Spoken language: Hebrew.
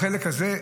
בחלק הזה,